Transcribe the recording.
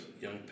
Young